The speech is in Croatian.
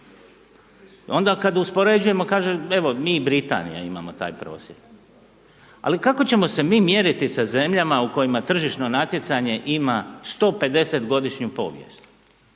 Onda kad uspoređujemo kaže mi i Britanija imamo taj prosjek. Ali kako ćemo se mi mjeriti sa zemljama u kojima tržišno natjecanje ima 150 godišnju povijest?